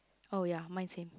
oh ya mine same